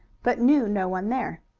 but knew no one there.